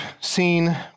seen